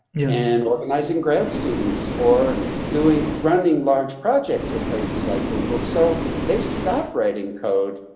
and organizing grad students or doing running large projects at places like google, so they stop writing code.